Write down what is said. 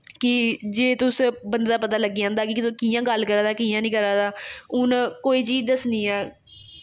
की जे तुस बंदे दे दा पता लग्गी जंदा कि कि'यां गल्ल करा दा कि'यां नेईं करा दा हून कोई चीज़ दस्सनी ऐ